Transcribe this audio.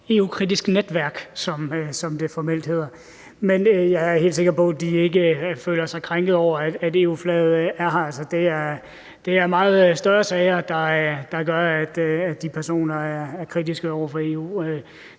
EU-kritisk netværk, som det formelt hedder. Men jeg er helt sikker på, at de ikke føler sig krænket over, at EU-flaget hænger her. Det er meget større sager, der gør, at de personer er kritiske over for EU,